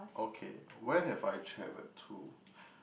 okay where have I traveled to